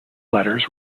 letters